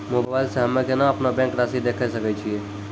Mobile मे हम्मय केना अपनो बैंक रासि देखय सकय छियै?